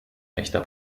echter